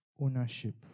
ownership